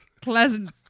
pleasant